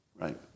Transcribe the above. right